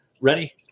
ready